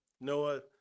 Noah